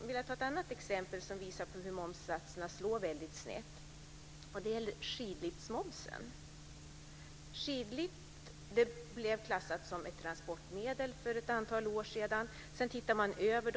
Jag kan ge ett annat exempel på hur momssatserna slår väldigt snett, nämligen skidliftsmomsen. Skidliftar blev för ett antal år sedan klassade som transportmedel.